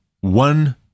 One